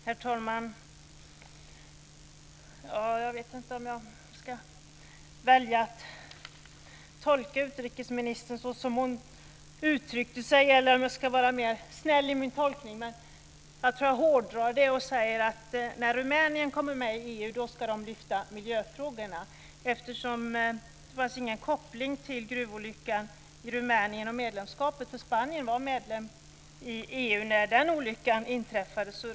Herr talman! Jag vet inte om jag ska välja att tolka utrikesministern som hon uttryckte sig eller om jag ska vara mer snäll i min tolkning. Men jag tror att jag hårdrar det och säger: När Rumänien kommer med i EU ska de lyfta miljöfrågorna. Det fanns ingen koppling mellan gruvolyckan i Rumänien och medlemskapet, för Spanien var medlem i EU när den olyckan inträffade.